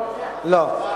לא.